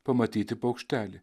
pamatyti paukštelį